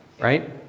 right